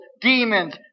demons